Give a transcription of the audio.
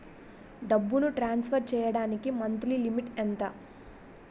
డబ్బును ట్రాన్సఫర్ చేయడానికి monthly limit ఎంత?